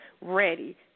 ready